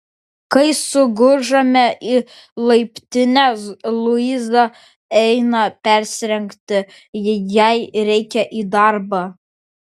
kai sugužame į laiptinę luiza eina persirengti jai reikia į darbą